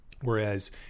whereas